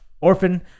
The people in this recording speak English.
orphan